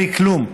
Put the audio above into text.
בלי כלום.